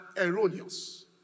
erroneous